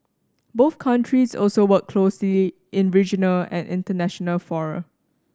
both countries also work closely in regional and international fora